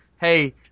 Hey